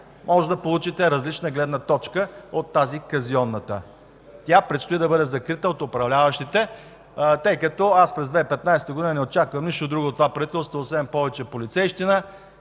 можете да получите различна гледна точка от казионната. Тя предстои да бъде закрита от управляващите. През 2015 г. не очаквам нищо друго от това правителство, освен повече полицейщина,